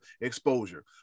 exposure